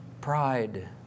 pride